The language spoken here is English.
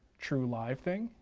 true live thing.